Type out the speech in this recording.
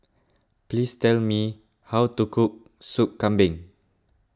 please tell me how to cook Sop Kambing